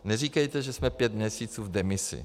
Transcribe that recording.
Neříkejte, že jsme pět měsíců v demisi.